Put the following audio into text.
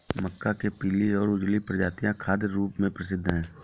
मक्का के पीली और उजली प्रजातियां खाद्य रूप में प्रसिद्ध हैं